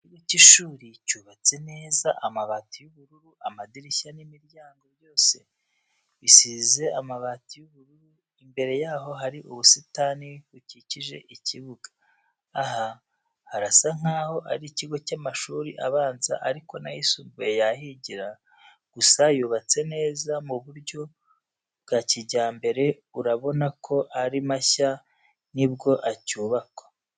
Ikigo cy'ishuri cyubatse neza amabati y'ubururu, amadirishya n'imiryango byose bisize amabati y'bururu, imbere yaho hari ubusitani bukikije ikibuga. Aha harasa nkaho ari ikigo cy'amashuri abanza ariko n'ayisumbuye yahigira, gusa yubatse neza mu buryo bwa kijyambere urabona ko ari mashya ni bwo acyubakwa.